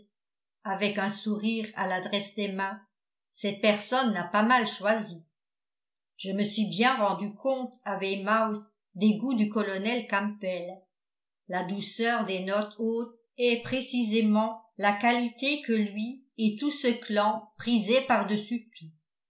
avec un sourire à l'adresse d'emma cette personne n'a pas mal choisi je me suis bien rendu compte à weymouth des goûts du colonel campbell la douceur des notes hautes est précisément la qualité que lui et tout ce clan